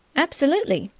absolutely!